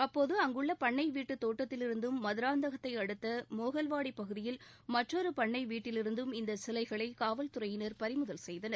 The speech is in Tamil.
அப்போது அங்குள்ள பண்ணை வீட்டு தோட்டத்திலிருந்தும் மதராந்தகத்தை அடுத்த மோகல்வாடி பகுதியில் மற்றொரு பண்ணை வீட்டிலிருந்தும் இந்தச் சிலைகளை காவல்துறையினர் பறிமுதல் செய்தனர்